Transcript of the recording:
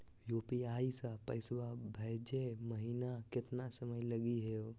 UPI स पैसवा भेजै महिना केतना समय लगही हो?